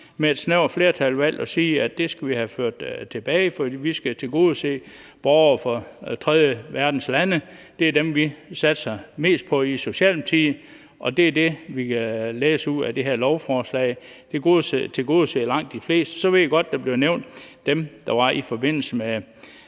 med et snævert flertal valgt at sige: Det skal vi have ført tilbage, for vi skal tilgodese borgere fra tredjeverdenslande. Det er dem, vi satser mest på i Socialdemokratiet. Det er det, vi kan læse ud af det her lovforslag. Det tilgodeser langt de fleste. Så ved jeg godt, at der bliver nævnt dem, der var tale om i forbindelse med